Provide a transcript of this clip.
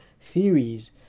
theories